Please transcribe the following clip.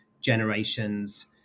generations